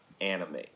anime